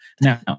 Now